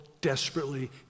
desperately